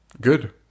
Good